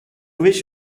wish